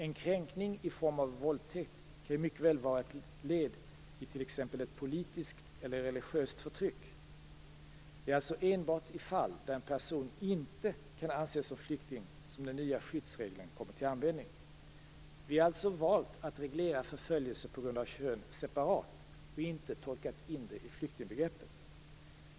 En kränkning i form av våldtäkt kan ju mycket väl vara ett led i t.ex. ett politiskt eller religiöst förtryck. Det är alltså enbart i fall där en person inte kan anses som flykting som den nya skyddsregeln kommer till användning. Vi har alltså valt att reglera förföljelse på grund av kön separat och inte tolkat in det i flykingbegreppet.